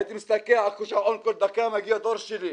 הייתי מסתכל על השעון כל דקה מתי מגיע התור שלי.